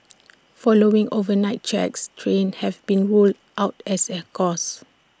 following overnight checks trains have been ruled out as A cause